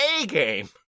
A-game